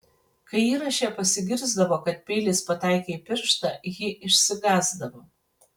kai įraše pasigirsdavo kad peilis pataikė į pirštą ji išsigąsdavo